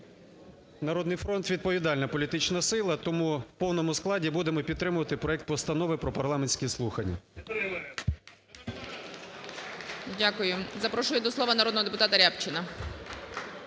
"Народний фронт" – відповідальна політична сила, тому у повному складі будемо підтримувати проект Постанови про парламентські слухання.